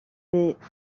des